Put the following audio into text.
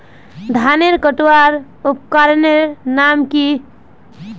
धानेर कटवार उपकरनेर नाम की?